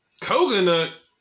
Coconut